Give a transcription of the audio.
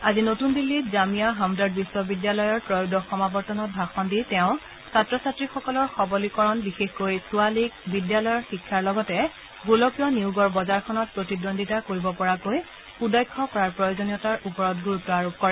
আজি নতুন দিল্লীত জামিয়া হমৰ্দ বিশ্ববিদ্যালয়ৰ ত্ৰয়োদশ সমাৱৰ্তনত ভাষণ দি তেওঁ ছাত্ৰ ছাত্ৰীসকলৰ সৱলীকৰণ বিশেষকৈ ছোৱালীক বিদ্যালয়ৰ শিক্ষাৰ লগতে গোলকীয় নিয়োগৰ বজাৰখনত প্ৰতিদ্বন্দ্বিতা কৰিব পৰাকৈ সুদক্ষ কৰাৰ প্ৰয়োজনীয়তাৰ ওপৰত গুৰুত্ব আৰোপ কৰে